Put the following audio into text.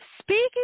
speaking